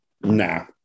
Nah